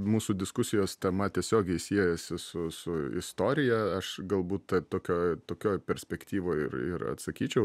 mūsų diskusijos tema tiesiogiai siejasi su su istorija aš galbūt tokioj tokioj perspektyvoj ir ir atsakyčiau